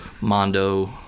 Mondo